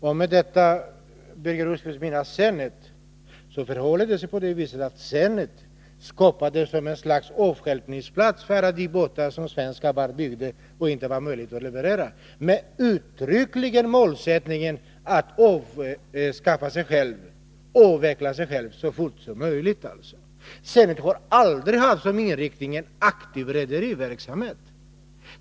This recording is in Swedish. Om Birger Rosqvist med detta menar Zenit, vill jag säga: Zenit skapades som ett slags avstjälpningsplats för alla de båtar som Svenska Varv byggde och inte kunde leverera — den uttryckliga målsättningen var att företaget skulle avveckla sig självt så fort som möjligt. Zenit Har aldrig som inriktning haft en aktiv rederiverksamhet.